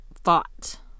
fought